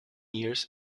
years